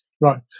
Right